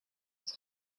het